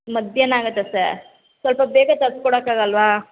ಮಧ್ಯಾಹ್ನ ಆಗುತ್ತ ಸರ್ ಸ್ವಲ್ಪ ಬೇಗ ತರ್ಸಿಕೊಡಕ್ಕಾಗಲ್ವಾ